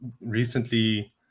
recently